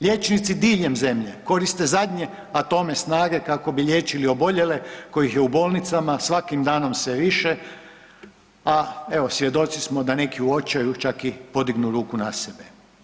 Liječnici diljem zemlje koriste zadnje atome snage kako bi liječili oboljele kojih je u bolnicama svakim danom sve više, a evo svjedoci smo da neki u očaju čak i podignu ruku na sebe.